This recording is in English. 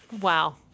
wow